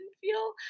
feel